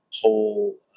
whole